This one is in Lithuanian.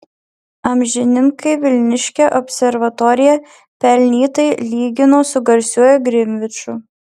amžininkai vilniškę observatoriją pelnytai lygino su garsiuoju grinviču